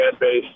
base